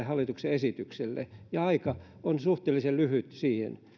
hallituksen esitykselle ja aika on suhteellisen lyhyt siihen